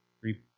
three